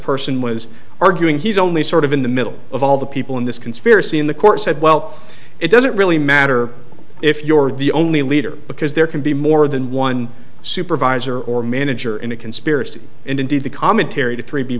person was arguing he's only sort of in the middle of all the people in this conspiracy in the court said well it doesn't really matter if you're the only leader because there can be more than one supervisor or manager in a conspiracy and indeed the commentary t